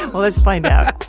ah let's find out.